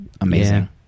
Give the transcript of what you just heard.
amazing